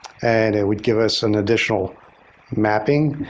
and it would give us an additional mapping.